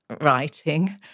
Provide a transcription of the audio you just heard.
writing